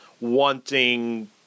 wanting